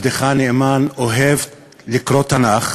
ועבדך הנאמן אוהב לקרוא תנ"ך,